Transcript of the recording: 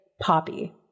poppy